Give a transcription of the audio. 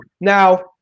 Now